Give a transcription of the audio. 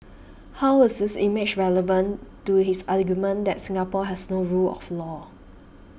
how is this image relevant to his argument that Singapore has no rule of law